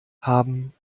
haben